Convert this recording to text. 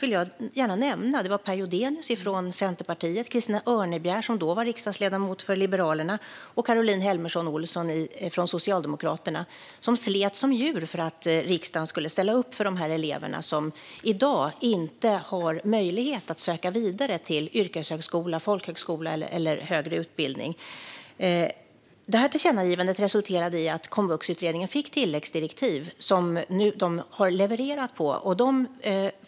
Det var Per Lodenius från Centerpartiet, Christina Örnebjär, som då var riksdagsledamot för Liberalerna, och Caroline Helmersson Olsson från Socialdemokraterna, som slet som djur för att riksdagen skulle ställa upp för de här eleverna. Den här gruppen har i dag inte möjlighet att söka vidare till yrkeshögskola, folkhögskola eller högre utbildning. Tillkännagivandet resulterade i att Komvuxutredningen fick tilläggsdirektiv som den nu har levererat efter.